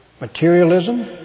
materialism